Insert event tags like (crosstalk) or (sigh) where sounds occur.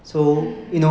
(laughs)